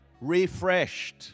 refreshed